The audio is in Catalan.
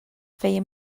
feia